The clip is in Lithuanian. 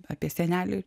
apie senelį